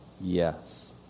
Yes